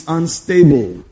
unstable